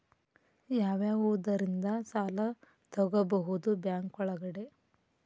ಯಾವ್ಯಾವುದರಿಂದ ಸಾಲ ತಗೋಬಹುದು ಬ್ಯಾಂಕ್ ಒಳಗಡೆ?